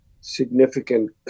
significant